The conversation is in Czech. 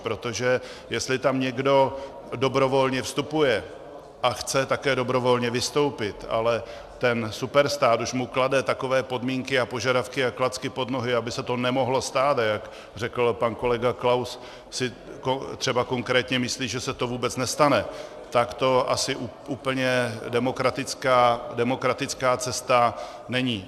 Protože jestli tam někdo dobrovolně vstupuje a chce také dobrovolně vystoupit, ale ten superstát už mu klade takové podmínky a požadavky a klacky pod nohy, aby se to nemohlo, a jak řekl pan kolega Klaus, si to třeba konkrétně myslí, že se to vůbec nestane, tak to asi úplně demokratická cesta není.